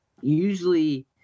usually